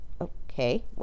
Okay